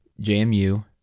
jmu